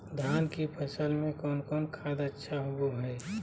धान की फ़सल में कौन कौन खाद अच्छा होबो हाय?